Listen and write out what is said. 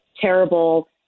terrible